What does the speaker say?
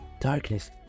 darkness